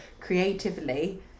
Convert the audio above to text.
creatively